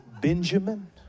Benjamin